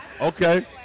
Okay